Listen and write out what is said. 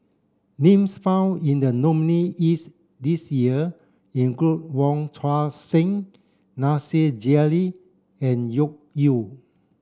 names found in the nominees' this year include Wong Tuang Seng Nasir Jalil and Loke Yew